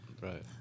Right